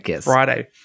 Friday